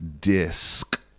disc